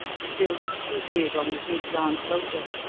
still seated on the big round boulder,